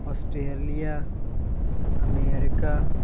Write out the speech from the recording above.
Australia America